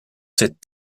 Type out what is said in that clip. cette